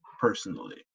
personally